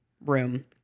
room